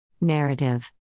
Narrative